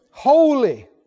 Holy